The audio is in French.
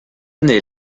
année